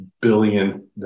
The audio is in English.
billion